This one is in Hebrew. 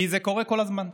כי זה קורה כל הזמן.